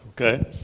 Okay